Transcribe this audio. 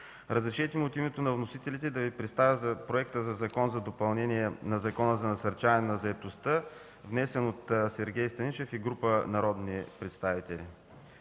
Разрешете ми от името на вносителите да Ви представя Проекта за Закон за допълнение на Закона за насърчаване на заетостта, внесен от Сергей Станишев и група народни представители.